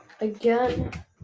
Again